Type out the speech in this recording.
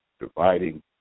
dividing